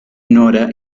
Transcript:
nora